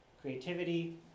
creativity